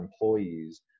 employees